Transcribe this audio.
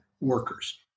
workers